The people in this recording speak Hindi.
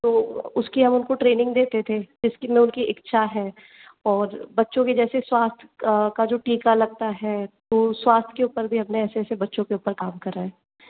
तो उसकी हम उनको ट्रेनिंग देते थे जिसकी में उनकी इच्छा है और बच्चों के जैसे स्वास्थ का जो टीका लगता है तो स्वास्थय के ऊपर भी अपने ऐसे ऐसे बच्चों के ऊपर काम करा है